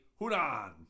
Hunan